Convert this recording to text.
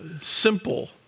simple